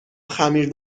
خمیر